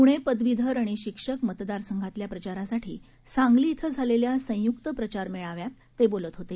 प्णे पदवीधर आणि शिक्षक मतदार संघातल्या प्रचारासाठी सांगली इथं झालेल्या संय्क्त प्रचार मेळाव्यात ते बोलत होते